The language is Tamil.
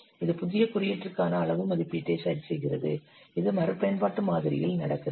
இது புதிய குறியீட்டிற்கான அளவு மதிப்பீட்டை சரிசெய்கிறது இது மறுபயன்பாட்டு மாதிரியில் நடக்கிறது